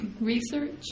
research